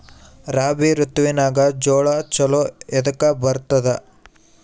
ರಾಬಿ ಋತುನಾಗ್ ಜೋಳ ಚಲೋ ಎದಕ ಬರತದ?